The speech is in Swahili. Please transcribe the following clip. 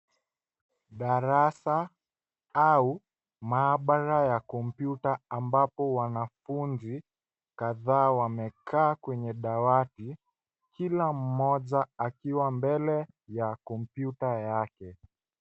Darasa au maabara ya kompyuta ambapo wanafunzi kadhaa wamekaa kwenye dawati, kila mmoja akiwa mbele ya kompyuta yake.